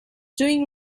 doing